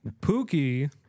Pookie